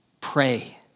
pray